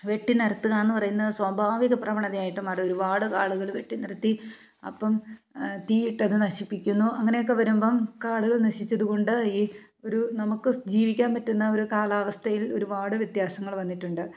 വെട്ടി നിരത്തുകയെന്നു പറയുന്നത് സ്വാഭാവിക പ്രവണതയായിട്ട് മാറി ഒരുപാട് കാടുകൾ വെട്ടി നിരത്തി അപ്പം തീയിട്ടത് നശിപ്പിക്കുന്നു അങ്ങനെയൊക്കെ വരുമ്പം കാടുകൾ നശിച്ചതുകൊണ്ട് ഈ ഒരു നമുക്ക് ജീവിക്കാൻ പറ്റുന്ന ഒരു കാലാവസ്ഥയിൽ ഒരുപാട് വ്യത്യാസങ്ങൾ വന്നിട്ടുണ്ട്